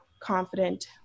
Confident